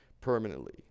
permanently